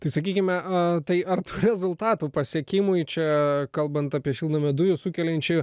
tai sakykime tai ar rezultatų pasiekimui čia kalbant apie šiltnamio dujų sukeliančių